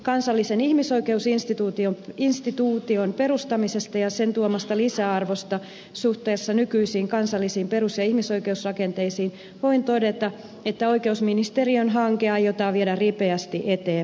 kansallisen ihmisoikeusinstituution perustamisesta ja sen tuomasta lisäarvosta suhteessa nykyisiin kansallisiin perus ja ihmisoikeusrakenteisiin voin todeta että oikeusministeriön hanke aiotaan viedä ripeästi eteenpäin